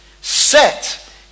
set